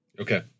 Okay